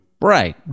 Right